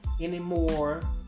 anymore